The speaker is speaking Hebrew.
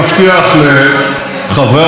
עד עכשיו היה שקט.